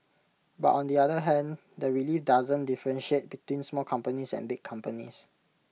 but on the other hand the relief doesn't differentiate between small companies and big companies